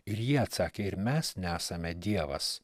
ir jie atsakė ir mes nesame dievas